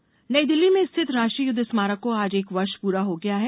स्मारक नईदिल्ली में स्थित राष्ट्रीय युद्ध स्मारक को आज एक वर्ष पूरा हो गया है